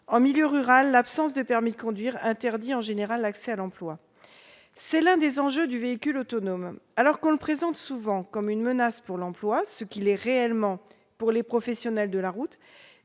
En milieu rural, l'absence de permis de conduire interdit en général l'accès à l'emploi. C'est l'un des enjeux liés au développement du véhicule autonome. Alors qu'on le présente souvent comme une menace pour l'emploi, ce qu'il est réellement pour les professionnels de la route,